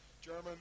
German